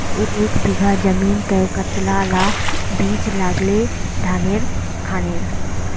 एक बीघा जमीन तय कतला ला बीज लागे धानेर खानेर?